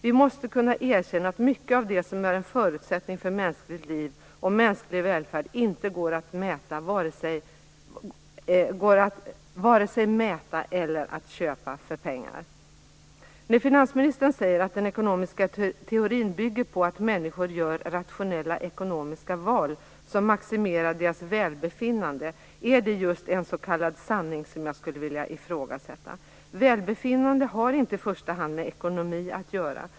Vi måste kunna erkänna att mycket av det som är en förutsättning för mänskligt liv och mänsklig välfärd inte går att vare sig mäta eller köpa för pengar. När finansministern säger att den ekonomiska teorin bygger på att människor gör rationella ekonomiska val som maximerar deras välbefinnande är det just en s.k. sanning som jag skulle vilja ifrågasätta. Välbefinnande har inte i första hand med ekonomi att göra.